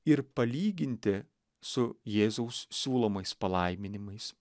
ir palyginti su jėzaus siūlomais palaiminimais